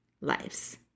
lives